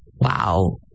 Wow